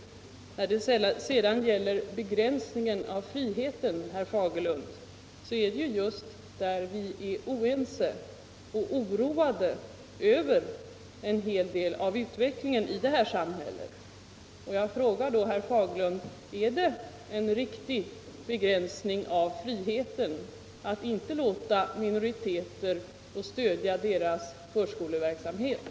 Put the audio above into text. När det sedan gäller begränsningen av friheten, herr Fagerlund, så är det just där oenigheten finns. Vi på vårt håll är oroade över en hel del av utvecklingen i det här samhället. Och jag frågar herr Fagerlund: Är det en riktig begränsning av friheten att inte låta minoriteter få stöd till sin förskoleverksamhet?